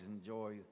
enjoy